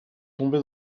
tombé